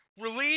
Release